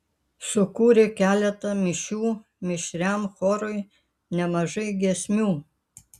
sukūrė keletą mišių mišriam chorui nemažai giesmių